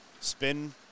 Spin